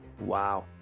Wow